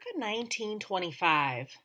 1925